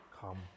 Come